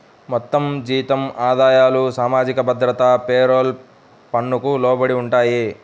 మొత్తం జీతం ఆదాయాలు సామాజిక భద్రత పేరోల్ పన్నుకు లోబడి ఉంటాయి